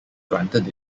granted